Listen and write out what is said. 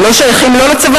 הם לא שייכים לא לצבא,